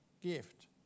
gift